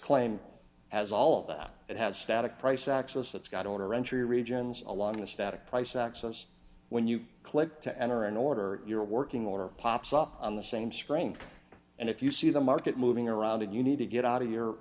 claim as all of that it has static price access it's got owner entry regions along the static price access when you click to enter an order your working order pops up on the same strength and if you see the market moving around and you need to get out of your